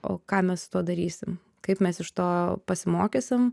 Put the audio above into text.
o ką mes su tuo darysim kaip mes iš to pasimokysime